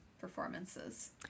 performances